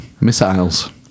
missiles